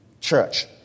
church